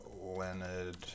Leonard